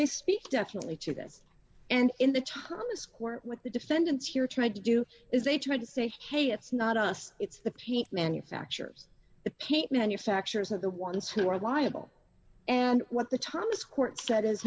they speak definitely to this and in the thomas court with the defendants here tried to do is they tried to say hey it's not us it's the paint manufacturers the paint manufacturers are the ones who are liable and what the thomas court sa